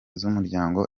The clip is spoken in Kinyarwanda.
z’umuryango